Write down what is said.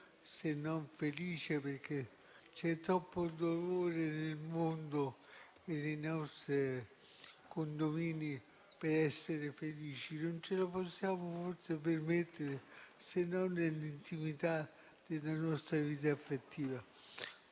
(se non felice, perché c'è troppo dolore nel mondo e nei nostri condomini per essere felici: non ce lo possiamo permettere, se non forse nell'intimità della nostra vita affettiva).